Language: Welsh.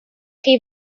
chi